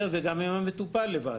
והמטופל לבד.